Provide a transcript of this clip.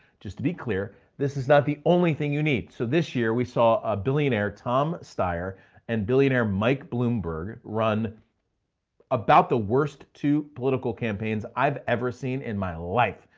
just to be clear, this is not the only thing you need. so this year we saw a billionaire tom stier and billionaire mike bloomberg run about the worst two political campaigns i've ever seen in my life,